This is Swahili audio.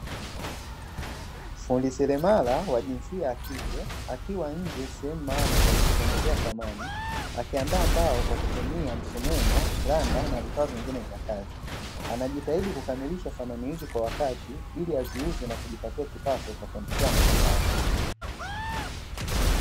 Fundi seremala wa jinsia ya kike, akiwa nje sehemu maalumu ya kutengenezea samani. Akiandaa mbao kwa kutumia msumeno, randa na vifaa vingine vya kazi. Anajitahidi kukamilisha samani hizi kwa wakati ili aziuze na kujipatia kipato cha kuendeshea maisha yake.